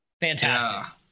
fantastic